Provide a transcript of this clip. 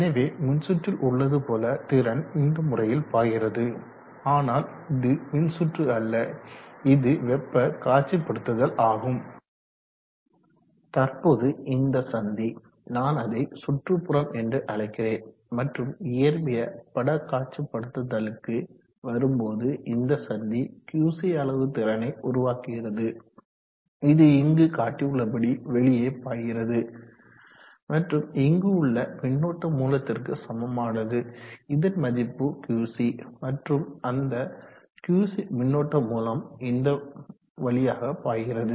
எனவே மின்சுற்றில் உள்ளது போல திறன் இந்த முறையில் பாய்கிறது ஆனால் இது மின்சுற்று அல்ல இது வெப்ப காட்சிப்படுத்துதல் ஆகும் தற்போது இந்த சந்தி நான் அதை சுற்றுப்புறம் என்று அழைக்கிறேன் மற்றும் இயற்பிய படக்காட்சிப்படுத்துதலுக்கு வரும்போது இந்த சந்தி QC அளவு திறனை உருவாக்குகிறது இது இங்கு காட்டியுள்ளபடி வெளியே பாய்கிறது மற்றும் இங்கு உள்ள மின்னோட்ட மூலத்திற்கு சமமானதுஇதன் மதிப்பு QC மற்றும் அந்த QC மின்னோட்ட மூலம் இந்த வழியாக பாய்கிறது